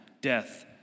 death